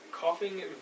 coughing